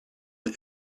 mrt